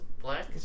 Black